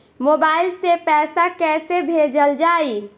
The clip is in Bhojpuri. मोबाइल से पैसा कैसे भेजल जाइ?